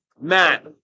Matt